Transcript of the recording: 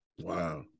Wow